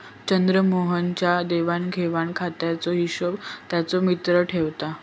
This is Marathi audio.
चंद्रमोहन च्या देवाण घेवाण खात्याचो हिशोब त्याचो मित्र ठेवता